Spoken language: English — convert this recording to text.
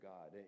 God